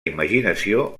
imaginació